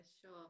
sure